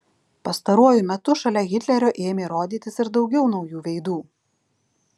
pastaruoju metu šalia hitlerio ėmė rodytis ir daugiau naujų veidų